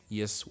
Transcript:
yes